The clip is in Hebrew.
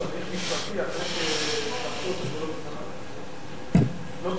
לא.